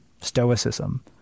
stoicism